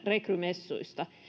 rekrymessuista